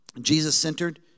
Jesus-centered